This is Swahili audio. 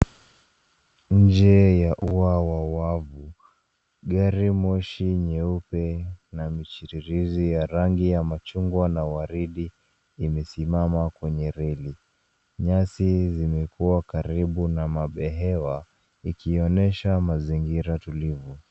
Nje ya ua wa wavu gari moshi nyeupe na michirirzi ya rangi ya machungwa na waridi imesimama kwenye reli. Nyasi zimekua karibu na mabehewa ikionyesha mazingira tulivu.